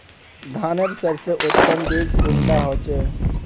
धानेर सबसे उत्तम बीज कुंडा होचए?